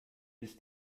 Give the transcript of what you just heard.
bis